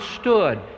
stood